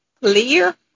clear